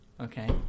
Okay